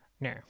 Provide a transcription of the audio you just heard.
No